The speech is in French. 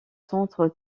centre